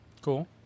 cool